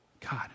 God